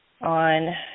on